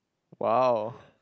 !wow!